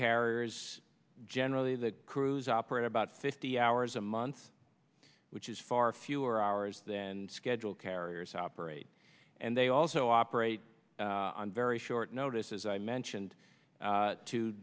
carriers generally that cruise operate about fifty hours a month which is far fewer hours then schedule carriers operate and they also opera on very short notice as i mentioned